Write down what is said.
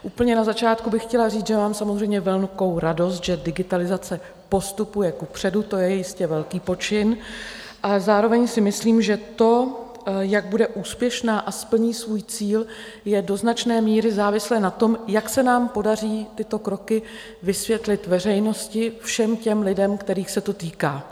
Úplně na začátku bych chtěla říct, že mám samozřejmě velkou radost, že digitalizace postupuje kupředu, to je jistě velký počin, ale zároveň si myslím, že to, jak bude úspěšná a splní svůj cíl, je do značné míry závislé na tom, jak se nám podaří tyto kroky vysvětlit veřejnosti, všem lidem, kterých se to týká.